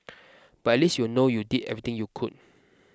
but least you'll know you did everything you could